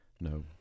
No